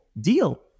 deal